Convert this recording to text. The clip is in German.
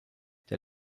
der